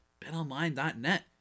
BetOnline.net